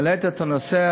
העלית את הנושא,